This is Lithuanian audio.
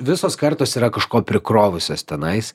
visos kartos yra kažko prikrovusios tenais